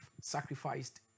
sacrificed